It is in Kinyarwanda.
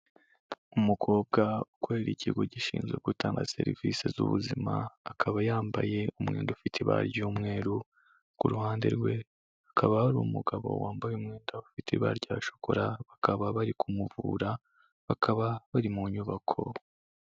Umukobwa ukorera ikigo gishinzwe gutanga serivisi z'ubuzima, akaba yambaye umwenda ufite ibara ry'umweru, ku ruhande rwe hakaba hari umugabo wambaye umwenda ufite ibara rya shokora, bakaba bari kumuvura, bakaba bari mu nyubako.